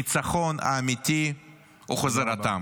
הניצחון האמיתי הוא חזרתם.